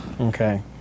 Okay